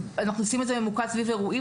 אנחנו עושים את זה ממוקד סביב אירועים.